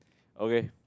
okay